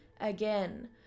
Again